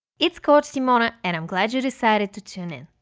it's coach simona and i'm glad you decided to tune in.